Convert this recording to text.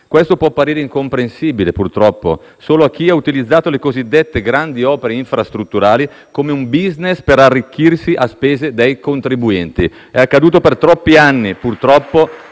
Questo può apparire incomprensibile, purtroppo, solo a chi ha utilizzato le cosiddette grandi opere infrastrutturali come un *business* per arricchirsi a spese dei contribuenti. Questo modo di utilizzare